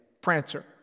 Prancer